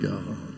God